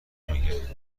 میگه